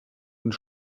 und